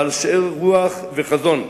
בעל שאר-רוח וחזון.